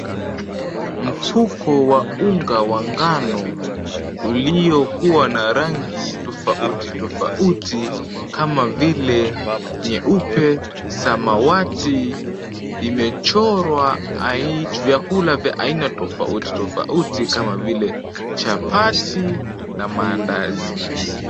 Mfuko wa unga wa ngano uliokuwa na rangi tofauti tofauti kama vile, nyeupe, samawati, imechorwa vyakula vya aina tofauti tofauti kama vile chapati na maandazi.